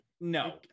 no